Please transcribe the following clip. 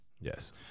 Yes